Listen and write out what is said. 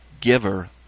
giver